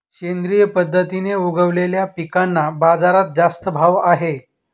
सेंद्रिय पद्धतीने उगवलेल्या पिकांना बाजारात जास्त भाव आहे